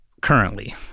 currently